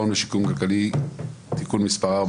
ושיקום כלכלי (תיקון מס' 4,